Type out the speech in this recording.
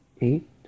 eight